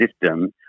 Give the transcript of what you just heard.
system